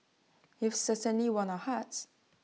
you've certainly won our hearts